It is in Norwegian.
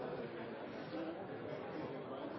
i det på en